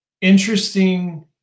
interesting